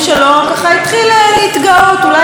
אולי יהיו שיגידו אפילו שזה ממלכתי.